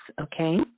okay